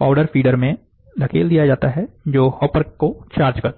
powder feeder में धकेल दिया जाता है जो हॉपर को चार्ज करता है